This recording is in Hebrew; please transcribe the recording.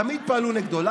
תמיד פעלו נגדו.